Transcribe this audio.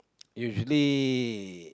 usually